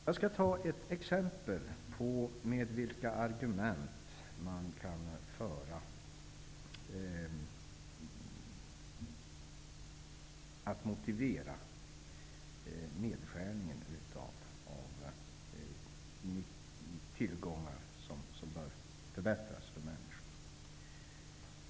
Jag skall nämna exempel på vilka argument som kan användas för att motivera nedskärningen av tillgångar som bör förbättras för människor.